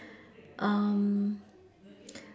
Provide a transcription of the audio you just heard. um